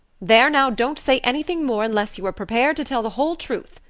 there now, don't say anything more unless you are prepared to tell the whole truth.